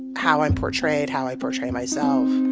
how i'm portrayed, how i portray myself.